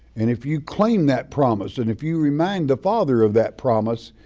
and if you claim that promise, and if you remind the father of that promise,